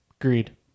Agreed